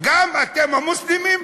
גם אתם, המוסלמים,